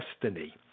destiny